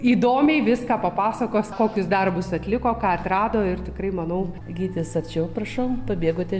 įdomiai viską papasakos kokius darbus atliko ką atrado ir tikrai manau gytis arčiau prašau pabėgote